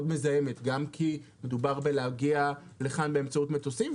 מזהמת גם מכיוון שמדובר בהגעה לכאן באמצעות מטוסים,